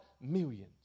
millions